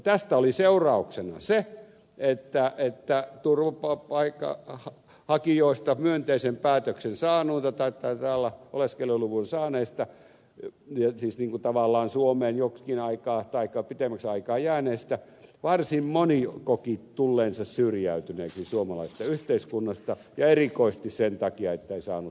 tästä oli seurauksena se että turvapaikanhakijoiden joukossa myönteisen päätöksen saaneista tai täällä oleskeluluvan saaneista siis niin kuin tavallaan suomeen joksikin aikaa taikka pitemmäksi aikaa jääneistä varsin moni koki tulleensa syrjäytyneeksi suomalaisesta yhteiskunnasta ja erikoisesti sen takia että ei saanut tehdä työtä